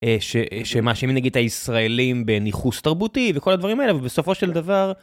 שמה שמאשים נגיד הישראלים בניחוס תרבותי וכל הדברים האלה ובסופו של דבר.